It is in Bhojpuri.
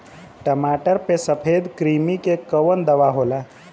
टमाटर पे सफेद क्रीमी के कवन दवा होला?